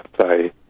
say